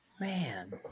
Man